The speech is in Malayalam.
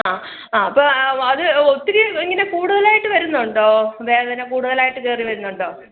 ആ അപ്പോൾ അത് ഒത്തിരി ഇങ്ങനെ കൂടുതലായിട്ട് വരുന്നുണ്ടോ വേദന കൂടുതലായിട്ട് കയറി വരുന്നുണ്ടോ